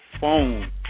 phone